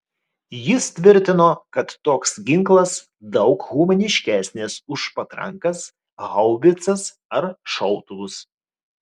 jis tvirtino kad toks ginklas daug humaniškesnis už patrankas haubicas ar šautuvus